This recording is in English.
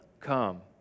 come